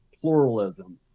pluralism